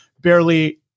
barely